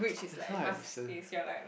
that's how I listen